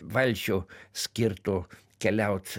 valčių skirtų keliaut